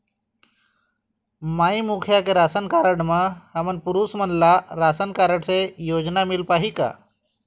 माई मुखिया के ration card म पुरुष हमन ला राशन कारड से योजना मिल पाही का?